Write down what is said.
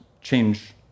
change